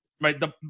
Right